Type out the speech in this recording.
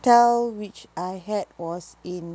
hotel which I had was in